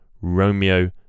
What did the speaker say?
Romeo